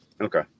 Okay